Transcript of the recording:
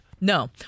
No